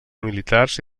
militars